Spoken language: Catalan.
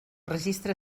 registre